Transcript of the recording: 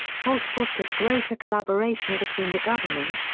holt fostered greater collaboration between the government,